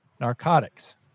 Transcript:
Narcotics